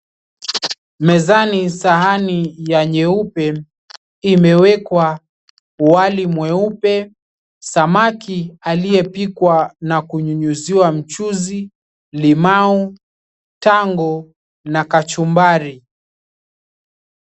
Mezani sahani ya nyeupe imewekwa wali mweupe, samaki aliyepikwa na kunyunyiziwa mchuzi, limau, tango na kachumbari.